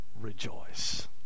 Rejoice